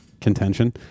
contention